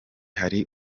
hari